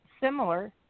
similar